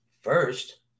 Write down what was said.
first